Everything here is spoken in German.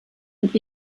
und